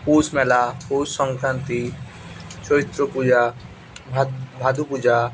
Poush Mela Poush Sankranti Chaitra Puja Bhadu Puja